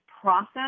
process